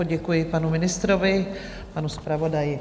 Poděkuji panu ministrovi, panu zpravodaji.